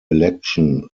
election